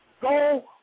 Go